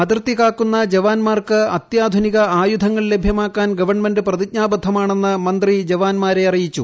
അതിർത്തി കാക്കുന്ന ജവാന്മാർക്ക് അത്യാധുനിക ആയുധങ്ങൾ ലഭ്യമാക്കാൻ ഗവൺമെന്റ് പ്രതിജ്ഞാബദ്ധമാണെന്ന് മന്ത്രി ജവാന്മാരെ അറിയിച്ചു